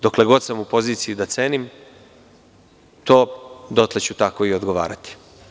Dokle god sam u poziciji da cenim, dotle ću tako i odgovarati.